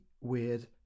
weird